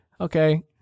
Okay